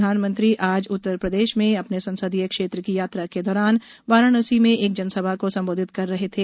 प्रधानमंत्री आज उत्तर प्रदेश में अपने संसदीय क्षेत्र की यात्रा के दौरान वाराणसी में एक जनसभा को संबोधित कर रहे थे